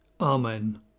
Amen